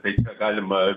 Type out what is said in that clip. taip negalima